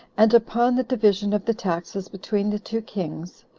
and upon the division of the taxes between the two kings,